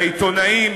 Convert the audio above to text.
לעיתונאים,